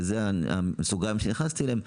ואלה הסוגריים שנכנסתי אליהם,